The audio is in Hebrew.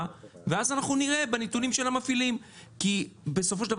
ואז אנחנו נראה בנתונים של המפעילים כי בסופו של דבר